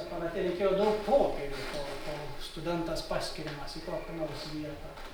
aparate reikėjo daug popierių kol kol studentas paskiriamas į kokią nors vietą